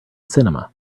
cinema